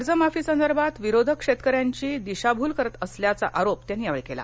कर्जमाफी संदर्भात विरोधक शेतकऱ्यांची दिशाभूल करत असल्याचा आरोप त्यांनी यावेळी केला